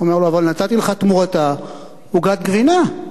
אומר לו: אבל נתתי לך תמורתה עוגת גבינה.